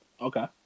Okay